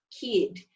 kid